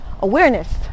awareness